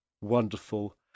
Wonderful